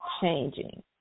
changing